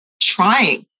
trying